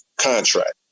contract